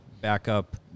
backup